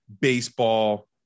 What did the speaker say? baseball